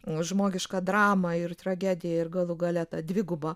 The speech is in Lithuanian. žmogišką dramą ir tragediją ir galų gale tą dvigubą